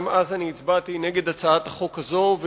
גם אז אני הצבעתי נגד הצעת החוק הזאת,